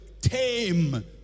tame